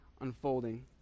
unfolding